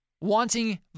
wanting